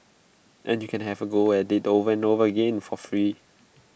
and you can have A go at IT over and over again for free